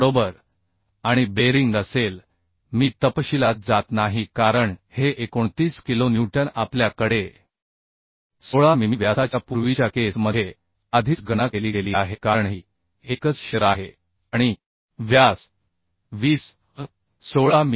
बरोबर आणि बेरिंग असेल मी तपशीलात जात नाही कारण हे 29 किलोन्यूटन आपल्या कडे 16 मिमी व्यासाच्या पूर्वीच्या केस मध्ये आधीच गणना केली गेली आहे कारण ही एकच शिअर आहे आणि व्यास 16 मि